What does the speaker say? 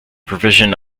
provision